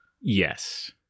Yes